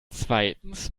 zweitens